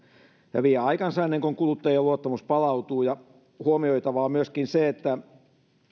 ja vie aikansa ennen kuin kuluttajien luottamus palautuu huomioitavaa on myöskin se että